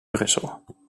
brussel